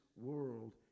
world